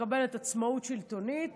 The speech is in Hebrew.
מקבלת עצמאות שלטונית